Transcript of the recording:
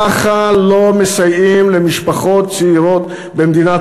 ככה לא מסייעים למשפחות צעירות במדינת